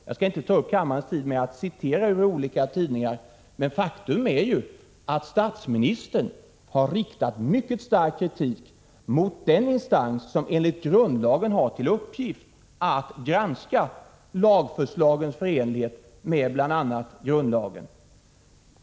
Jag skall inte ta upp kammarens tid med att citera ur olika tidningar, men faktum är att statsministern har riktat mycket stark kritik mot den instans som enligt grundlagen har till uppgift att granska lagförslagens förenlighet med bl.a. grundlagen.